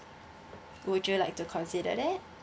would you like to consider that